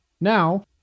Now